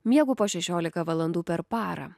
miegu po šešiolika valandų per parą